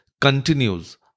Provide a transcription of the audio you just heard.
continues